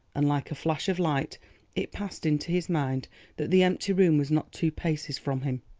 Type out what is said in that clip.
and like a flash of light it passed into his mind that the empty room was not two paces from him.